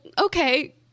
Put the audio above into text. okay